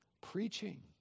Preaching